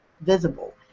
visible